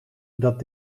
dat